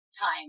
time